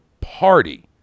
party